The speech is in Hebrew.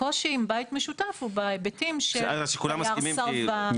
הקושי עם בית משותף הוא בהיבטים של דייר סרבן.